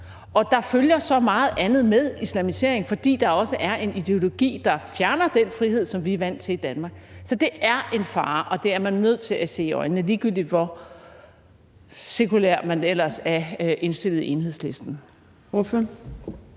Og der følger så meget andet med islamisering, fordi der også er en ideologi, der fjerner den frihed, som vi er vant til i Danmark. Så det er en fare, og det er man nødt til at se i øjnene, ligegyldigt hvor sekulært indstillet man ellers er i Enhedslisten. Kl.